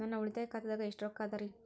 ನನ್ನ ಉಳಿತಾಯ ಖಾತಾದಾಗ ಎಷ್ಟ ರೊಕ್ಕ ಅದ ರೇ?